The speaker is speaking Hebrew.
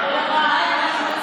אנחנו לא רוצים.